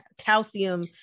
calcium